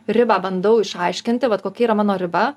ribą bandau išaiškinti vat kokia yra mano riba